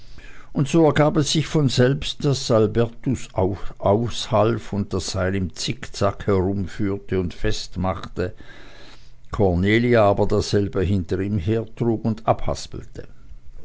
und so ergab es sich von selbst daß albertus aushalf und das seil im zickzack herumführte und festmachte cornelia aber dasselbe hinter ihm hertrug und abhaspelte